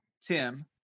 Tim